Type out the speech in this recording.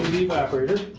evaporator.